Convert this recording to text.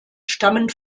stammen